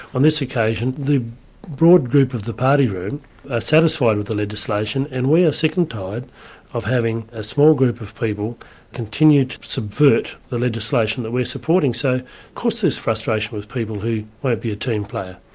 on this occasion the broad group of the party room are ah satisfied with the legislation, and we are sick and tired of having a small group of people continue to subvert the legislation that we're supporting. so course there's frustration with people who won't be a team player.